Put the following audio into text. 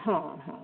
हां हां